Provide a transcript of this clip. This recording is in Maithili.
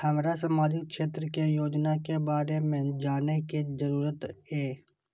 हमरा सामाजिक क्षेत्र के योजना के बारे में जानय के जरुरत ये?